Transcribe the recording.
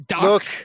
Look